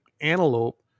antelope